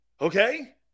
Okay